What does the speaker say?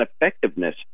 effectiveness